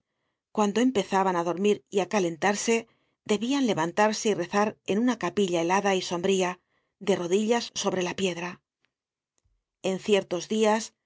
cuando empezaban á dormir y á calentarse debian levantarse y rezar en una capilla helada y sombría de rodillas sobre la piedra en ciertos dias